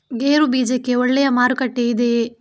ಗೇರು ಬೀಜಕ್ಕೆ ಒಳ್ಳೆಯ ಮಾರುಕಟ್ಟೆ ಇದೆಯೇ?